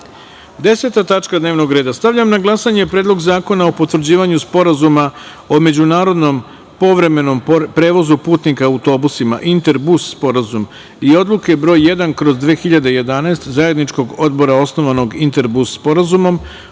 tačka dnevnog reda. Stavljam na glasanje Predlog zakona o potvrđivanju Sporazuma o međunarodnom povremenom prevozu putnika autobusima (Interbus sporazum) i Odluke br. 1/2011 Zajedničkog odbora osnovanog Interbus sporazumom